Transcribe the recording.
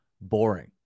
boring